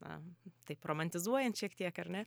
na taip romantizuojant šiek tiek ar ne